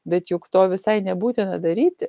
bet juk to visai nebūtina daryti